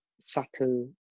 subtle